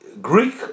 Greek